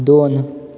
दोन